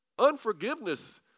Unforgiveness